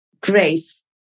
grace